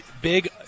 Big